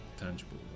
tangible